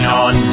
on